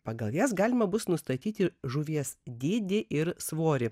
pagal jas galima bus nustatyti žuvies dydį ir svorį